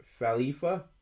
Falifa